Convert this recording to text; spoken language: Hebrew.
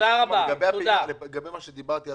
לגבי מה שדיברתי,